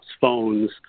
phones